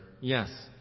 yes